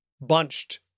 bunched